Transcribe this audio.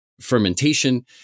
fermentation